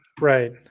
Right